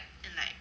and like